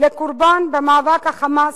לקורבן במאבק ה"חמאס"